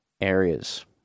areas